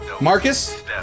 Marcus